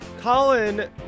Colin